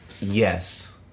Yes